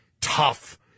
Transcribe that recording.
tough